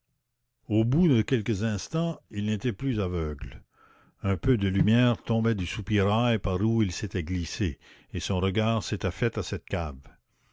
au bout de quelques instants il n'était plus aveugle un peu de lumière tombait du soupirail par où il s'était glissé et son regard s'était fait à cette cave